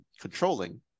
controlling